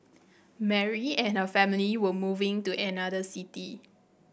Mary and her family were moving to another city